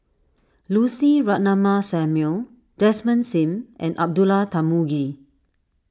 Lucy Ratnammah Samuel Desmond Sim and Abdullah Tarmugi